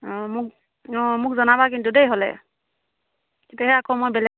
অঁ মোক অঁ মোক জনাবা কিন্তু দেই হ'লে তেতিয়াহে আকৌ মই বেলেগ